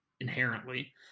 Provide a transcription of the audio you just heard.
inherently